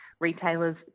Retailers